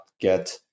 get